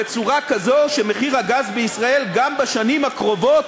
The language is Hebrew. בצורה כזאת שמחיר הגז בישראל גם בשנים הקרובות